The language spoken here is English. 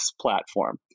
platform